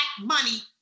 money